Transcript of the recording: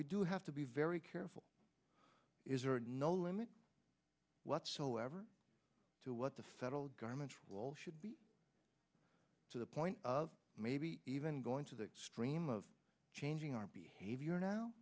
we do have to be very careful is no limit whatsoever to what the federal government's role should be to the point of maybe even going to the extreme of changing our behavior now